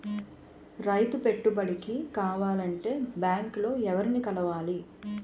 రైతు పెట్టుబడికి కావాలంటే బ్యాంక్ లో ఎవరిని కలవాలి?